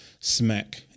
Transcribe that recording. smack